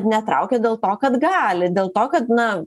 netraukia dėl to kad gali dėl to kad na